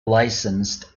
licensed